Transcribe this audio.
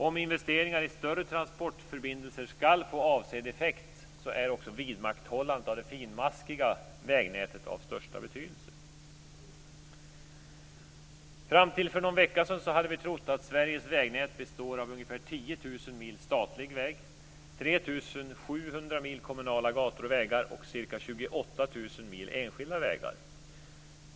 Om investeringar i större transportförbindelser skall få avsedd effekt är också vidmakthållandet av det finsmaskiga vägnätet av största betydelse. Fram till för någon vecka sedan hade vi trott att 28 000 mil enskilda vägar.